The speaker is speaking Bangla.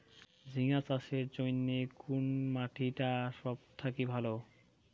ঝিঙ্গা চাষের জইন্যে কুন মাটি টা সব থাকি ভালো?